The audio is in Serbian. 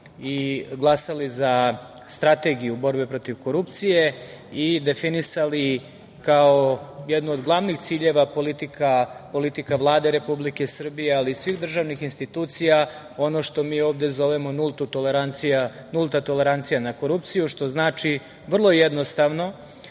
i glasali za Strategiju borbe protiv korupcije i definisali kao jednu od glavnih ciljeva politika Vlade Republike Srbije, ali i svih državnih institucija. Ono što mi ovde zovemo nulta tolerancija na korupciju znači vrlo jednostavno